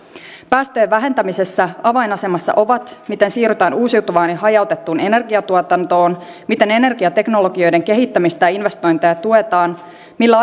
päästöjen vähentämisessä avainasemassa ovat se miten siirrytään uusiutuvaan ja hajautettuun energiatuotantoon miten energiateknologioiden kehittämistä ja investointeja tuetaan millä